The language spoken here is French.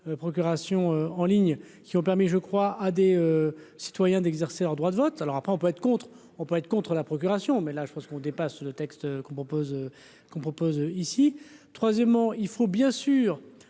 procurations en ligne qui ont permis, je crois à des. Citoyens d'exercer leur droit de vote alors après on peut être contre, on peut être contre la procuration mais là je pense qu'on dépasse le texte qu'on propose qu'on propose ici, troisièmement, il faut bien sûr